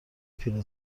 پیره